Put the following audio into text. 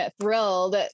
thrilled